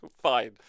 fine